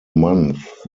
month